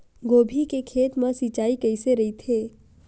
गोभी के खेत मा सिंचाई कइसे रहिथे?